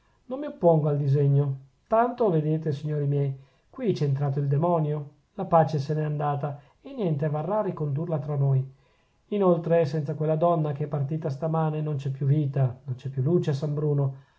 non mi oppongo al disegno tanto vedete signori miei qui c'è entrato il demonio la pace se n'è andata e niente varrà a ricondurla tra noi inoltre senza quella donna che è partita stamane non c'è più vita non c'è più luce a san bruno